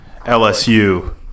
LSU